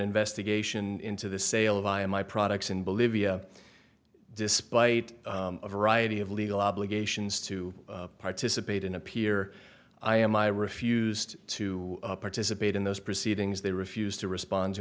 investigation into the sale of i in my products in bolivia despite a variety of legal obligations to participate in a peer i am i refused to participate in those proceedings they refused to respond